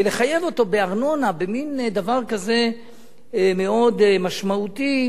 ולחייב אותו בארנונה על מין דבר כזה זה מאוד משמעותי.